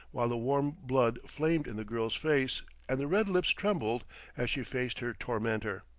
while the warm blood flamed in the girl's face and the red lips trembled as she faced her tormentor.